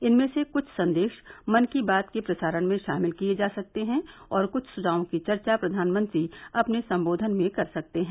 इनमें से कुछ संदेश मन की बात के प्रसारण में शामिल किए जा सकते हैं और कुछ सुझावों की चर्चा प्रधानमंत्री अपने संबोधन में कर सकते हैं